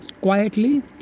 quietly